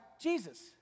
Jesus